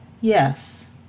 Yes